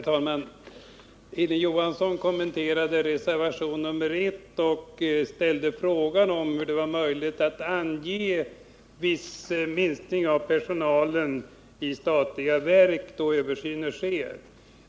Herr talman! Hilding Johansson kommenterade reservationen 1 och ställde frågan om hur det var möjligt att ange viss minskning av personalen i statliga verk då översyner sker.